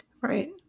Right